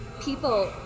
people